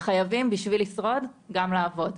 בשביל לשרוד חייבים גם לעבוד.